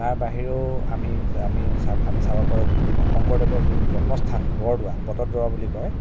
তাৰ বাহিৰেও আমি আমি আমি চাব পাৰোঁ শংকৰদেৱৰ জন্মস্থান বৰদোৱা বটদ্ৰৱা বুলি কয়